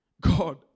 God